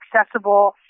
accessible